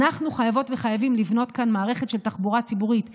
אנחנו חייבות וחייבים לבנות כאן מערכת של תחבורה ציבורית איכותית,